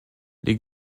les